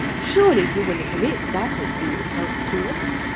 surely you will admit that has been of help to us?